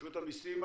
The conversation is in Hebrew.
רשות המיסים?